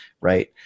Right